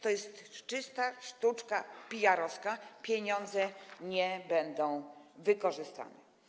To jest czysta sztuczka PR-owska, pieniądze nie będą wykorzystane.